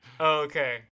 Okay